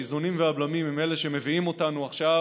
האיזונים והבלמים הם אלה שמביאים אותנו עכשיו